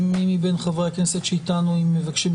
בבקשה,